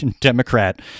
Democrat